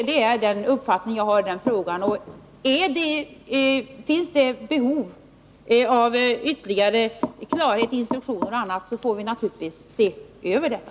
Det är den uppfattning jag har i denna fråga. Och finns det behov av ytterligare klarhet i instruktioner och annat får vi naturligtvis se över detta.